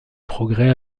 progrès